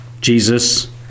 Jesus